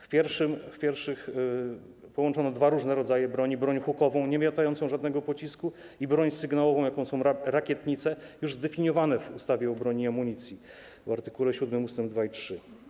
W pierwszych połączono dwa różne rodzaje broni - broń hukową niemiotającą żadnego pocisku i broń sygnałową, jaką są rakietnice, już zdefiniowane w ustawie o broni i amunicji w art. 7 ust. 2 i 3.